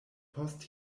post